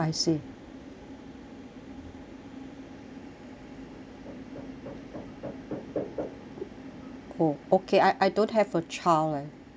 oh okay I I don't have a child leh